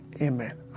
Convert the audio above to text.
Amen